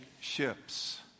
ships